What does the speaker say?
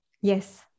Yes